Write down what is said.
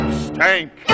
stank